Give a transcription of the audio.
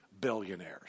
billionaires